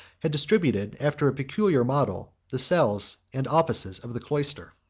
had distributed after a peculiar model the cells and offices of the cloister.